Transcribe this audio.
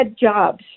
jobs